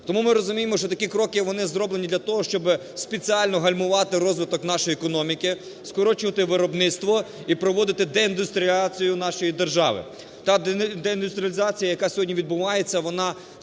Тому ми розуміємо, що такі кроки, вони зроблені для того, щоб спеціально гальмувати розвиток нашої економіки, скорочувати виробництво і проводити деіндустріалізацію нашої держави. Та деіндустріалізація, яка сьогодні відбувається, вона